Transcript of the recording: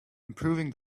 improving